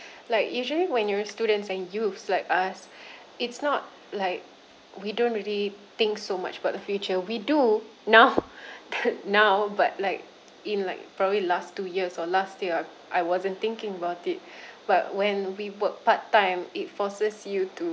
like usually when you're students and youths like us it's not like we don't really think so much about the future we do now now but like in like probably last two years or last year I wasn't thinking about it but when we work part time it forces you to